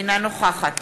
אינה נוכחת